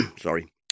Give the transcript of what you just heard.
sorry